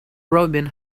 robin